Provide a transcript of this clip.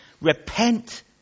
Repent